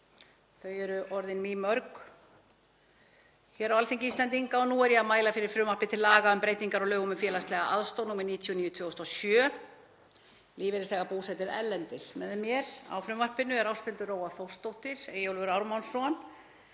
Þau eru orðin mýmörg hér á Alþingi Íslendinga og nú er ég að mæla fyrir frumvarpi til laga um breytingar á lögum um félagslega aðstoð, nr. 99/2007, lífeyrisþegar búsettir erlendis. Með mér á frumvarpinu eru Ásthildur Lóa Þórsdóttir, Eyjólfur Ármannsson,